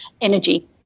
energy